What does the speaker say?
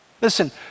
Listen